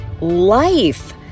life